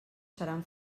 seran